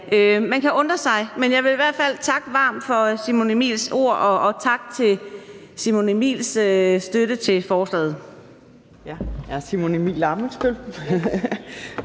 man kan undre sig. Men jeg vil i hvert fald takke varmt for Simon Emils ord, og tak for Simon Emils støtte til forslaget.